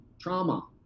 trauma